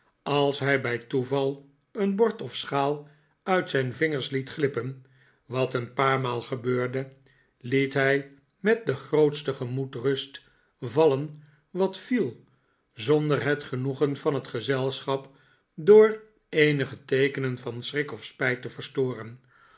als hij bij toeval een bord of schaal uit zijn vingers liet glippen wat een paar maal gebeurde liet hij met'de grootste gemoedsrust vallen wat viel zonder het genoegen van het gezelschap door eenige teekenen van schrik of spijt te ve'rstoren